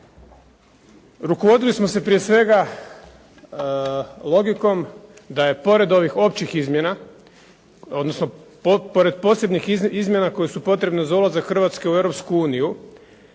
Rukovodili smo se prije svega logikom da je pored ovih općih izmjena, odnosno pored posebnih izmjena koje su potrebne za ulazak Hrvatske u Europsku uniju